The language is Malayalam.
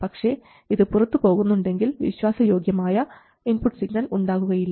പക്ഷേ ഇത് പുറത്തു പോകുന്നുണ്ടെങ്കിൽ വിശ്വാസയോഗ്യമായ ഇൻപുട്ട് സിഗ്നൽ ഉണ്ടാകുകയില്ല